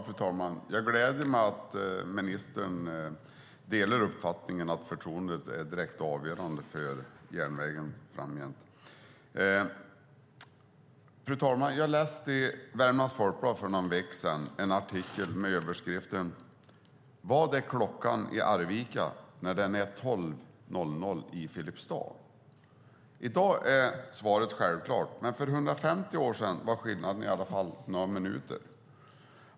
Fru talman! Det gläder mig att ministern delar uppfattningen att förtroendet är direkt avgörande för järnvägen framgent. Fru talman! Jag läste en artikel i Värmlands Folkblad för någon vecka sedan. Rubriken var: Vad är klockan i Arvika när den är 12.00 i Filipstad? I dag är svaret självklart, men för 150 år sedan var skillnaden i alla fall några minuter.